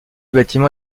bâtiment